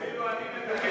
אפילו אני מתקן אותך,